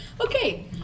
Okay